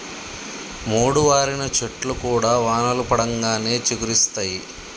మోడువారిన చెట్లు కూడా వానలు పడంగానే చిగురిస్తయి